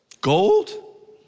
Gold